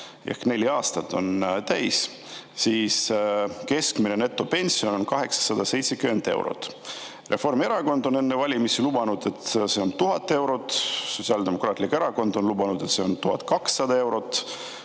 ehk neli aastat on täis – on keskmine netopension 870 eurot. Reformierakond on enne valimisi lubanud, et see on 1000 eurot, Sotsiaaldemokraatlik Erakond on lubanud, et see on 1200 eurot.